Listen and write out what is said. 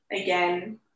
again